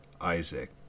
isaac